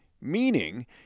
Meaning